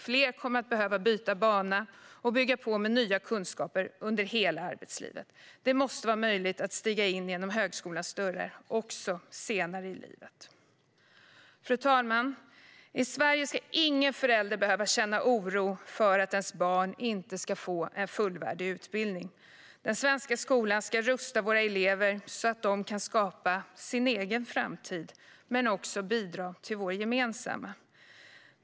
Fler kommer att behöva byta bana och bygga på med nya kunskaper under hela arbetslivet. Det måste vara möjligt att stiga in genom högskolans dörrar också senare i livet. Fru talman! I Sverige ska ingen förälder behöva känna oro för att deras barn inte ska få en fullvärdig utbildning. Den svenska skolan ska rusta våra elever så att de kan skapa sin egen framtid men också bidra till vår gemensamma.